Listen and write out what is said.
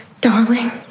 darling